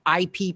IP